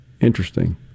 Interesting